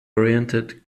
oriented